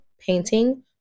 painting